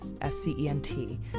S-C-E-N-T